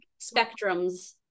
spectrums